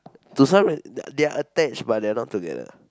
to some uh they're they're attached but they're not together